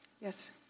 Yes